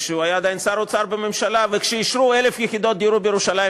כשהוא היה עדיין שר האוצר בממשלה וכשאישרו 1,000 יחידות דיור בירושלים,